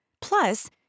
Plus